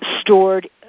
stored